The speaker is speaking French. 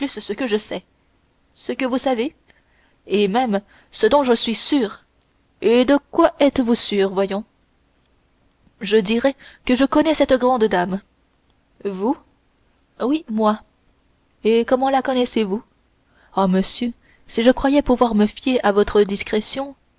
ce que je sais ce que vous savez et même ce dont je suis sûr et de quoi êtes-vous sûr voyons je dirai que je connais cette grande dame vous oui moi et comment la connaissez-vous oh monsieur si je croyais pouvoir me fier à votre discrétion